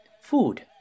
Food